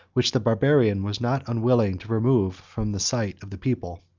which the barbarian was not unwilling to remove from the sight of the people.